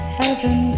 heaven